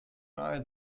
nahe